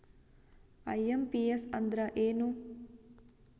IMPS ಅಂದ್ರ ಏನು?